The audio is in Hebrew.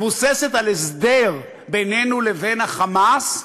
שמבוססת על הסדר בינינו לבין ה"חמאס",